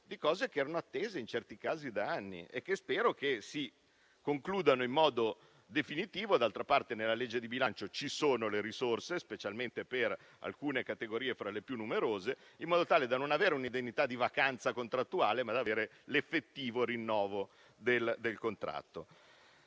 obiettivi che erano attesi in certi casi da anni e che spero si raggiungano in modo definitivo. D'altra parte, nel disegno di legge di bilancio ci sono le risorse, specialmente per alcune categorie più numerose, in modo tale da non avere un'indennità di vacanza contrattuale, ma l'effettivo rinnovo del contratto.